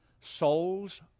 Souls